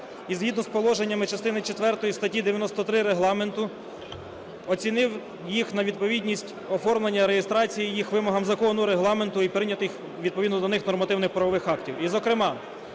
і, згідно з положеннями частини четвертої статті 93 Регламенту, оцінив їх на відповідність оформлення реєстрації їх вимогам закону, Регламенту і прийнятих, відповідно до них, нормативно-правових актів.